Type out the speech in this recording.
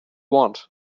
want